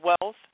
wealth